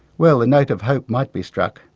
well a note of hope might be struck.